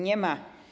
Nie ma.